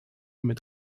mit